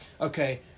okay